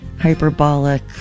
hyperbolic